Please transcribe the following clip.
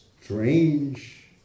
strange